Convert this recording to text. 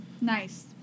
Nice